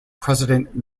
president